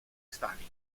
stalin